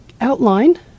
outline